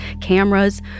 cameras